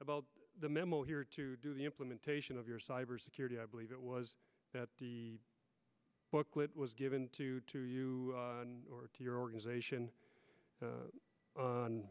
about the memo here to do the implementation of your cybersecurity i believe it was the booklet was given to to you or to your organization